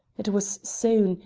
it was soon,